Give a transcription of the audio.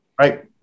Right